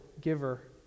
giver